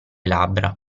labbra